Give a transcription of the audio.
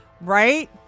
right